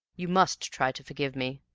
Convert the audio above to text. you must try to forgive me.